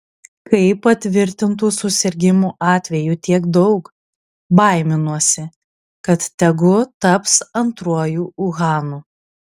kai patvirtintų susirgimų atvejų tiek daug baiminuosi kad tegu taps antruoju uhanu